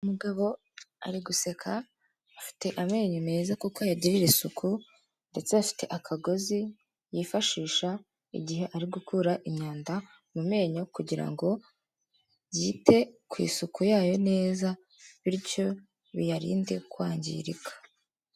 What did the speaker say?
Umugabo ari guseka, afite amenyo meza kuko ayagirira isuku, ndetse afite akagozi yifashisha igihe ari gukura imyanda mu menyo kugira ngo yite ku isuku yayo neza bityo biyarinde kwangirika.